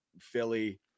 Philly